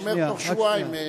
אומר: בתוך שבועיים.